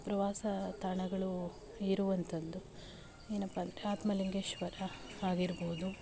ಪ್ರವಾಸ ತಾಣಗಳು ಇರುವಂಥದ್ದು ಏನಪ್ಪಾ ಅಂದರೆ ಆತ್ಮಲಿಂಗೇಶ್ವರ ಆಗಿರ್ಬೋದು